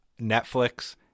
Netflix